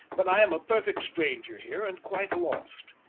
but i am a perfect stranger here, and quite lost,